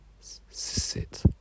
Sit